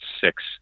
six